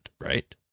right